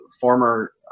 former